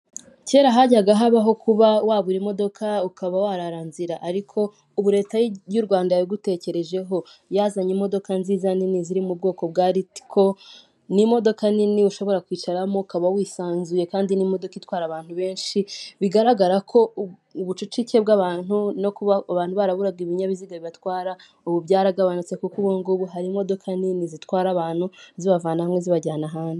Kera hajyaga habaho kuba wabura imodoka, ukaba warara nzira ariko ubu Leta y'u Rwanda yagutekerejeho, yazanye imodoka nziza nini ziri mu bwoko bwa ritiko, ni imodoka nini ushobora kwicaramo ukaba wisanzuye kandi n'imodoka itwara abantu benshi, bigaragara ko ubucucike bw'abantu no kuba abantu baraburaga ibinyabiziga bibatwara, ubu byaragabanutse kuko ubu ngubu hari imodoka nini zitwara abantu, zibavana hamwe zibajyana ahandi.